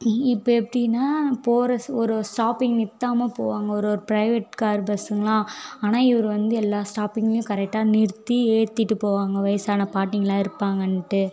இப்போ எப்படினா போகிற ஒரு ஸ்டாப்பிங் நிறுத்தாமல் போவாங்க ஒரு ஒரு பிரைவேட் கார் பஸ்ஸுங்கலாம் ஆனால் இவர் வந்து எல்லா ஸ்டாப்பிங்லேயும் கரெக்டாக நிறுத்தி ஏற்றிட்டு போவாங்க வயசான பாட்டிங்கள்லாம் இருப்பாங்கன்ட்டு